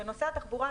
נושא התחבורה,